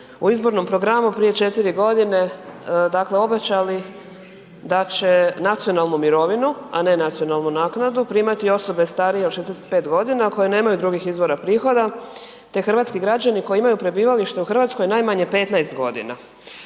u izbornom programu prije 4.g., dakle obećali da će nacionalnu mirovinu, a ne nacionalnu naknadu primati osobe starije od 65.g. koje nemaju drugih izvora prihoda, te hrvatski građani koji imaju prebivalište u RH najmanje 15.g.